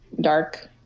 dark